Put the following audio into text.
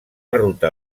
ruta